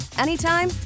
anytime